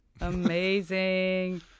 amazing